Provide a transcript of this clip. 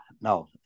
no